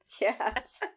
Yes